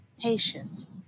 patience